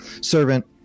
servant